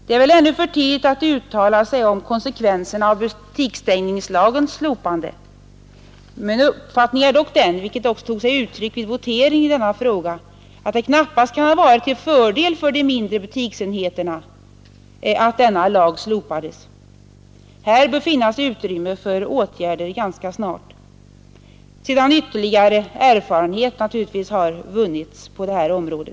Det är väl ännu för tidigt att uttala sig om konsekvenserna av butiksstängningslagens slopande. Min uppfattning är dock den, vilket också tog sig uttryck vid voteringen i denna fråga, att det knappast kan ha varit till fördel för de mindre butiksenheterna att denna lag slopades. Här bör finnas utrymme för åtgärder ganska snart, naturligtvis sedan ytterligare erfarenhet har vunnits på detta område.